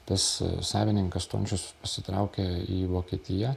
tas savininkas stončius pasitraukė į vokietiją